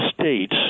States